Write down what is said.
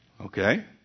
Okay